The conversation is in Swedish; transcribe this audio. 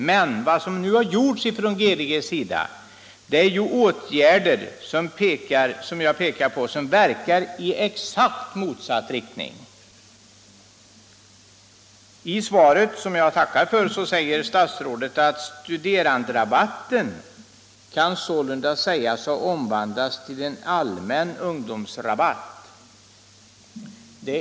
Men de åtgärder som GDG nu har vidtagit verkar i exakt motsatt riktning. I svaret, som jag tackar för, säger statsrådet att studeranderabatten ”kan sålunda sägas ha omvandlats till en allmän ungdomsrabatt”.